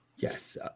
Yes